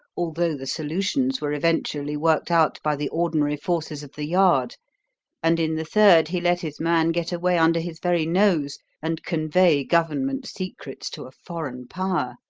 although the solutions were eventually worked out by the ordinary forces of the yard and in the third he let his man get away under his very nose and convey government secrets to a foreign power.